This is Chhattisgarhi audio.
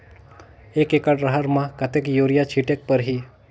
एक एकड रहर म कतेक युरिया छीटेक परही?